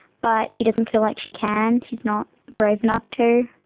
but she doesn't feel like she can. she's not brave enough to.